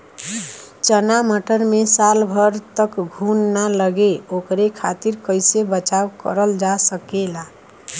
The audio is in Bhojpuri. चना मटर मे साल भर तक घून ना लगे ओकरे खातीर कइसे बचाव करल जा सकेला?